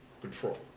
control